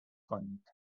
کنید